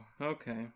okay